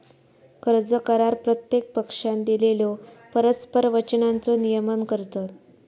कर्ज करार प्रत्येक पक्षानं दिलेल्यो परस्पर वचनांचो नियमन करतत